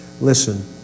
Listen